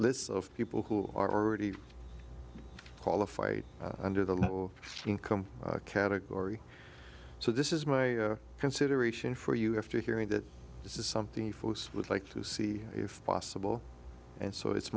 lists of people who are already qualified under the income category so this is my consideration for you after hearing that this is something folks would like to see if possible and so it's